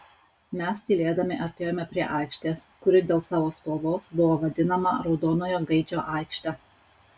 mes tylėdami artėjome prie aikštės kuri dėl savo spalvos buvo vadinama raudonojo gaidžio aikšte